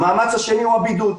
המאמץ השני הוא הבידוד.